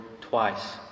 twice